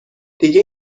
دیگه